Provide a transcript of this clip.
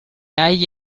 agli